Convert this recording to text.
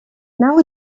now